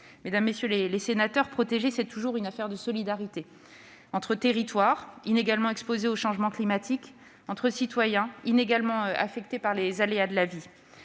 Mesdames, messieurs les sénateurs, protéger, c'est toujours affaire de solidarité : entre territoires, inégalement exposés aux changements climatiques ; entre citoyens, inégalement affectés par les aléas de la vie.